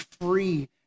free